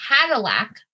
Cadillac